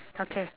okay